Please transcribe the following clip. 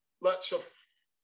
lets